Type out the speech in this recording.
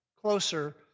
closer